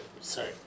Sorry